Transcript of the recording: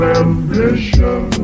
ambition